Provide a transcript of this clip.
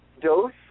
dose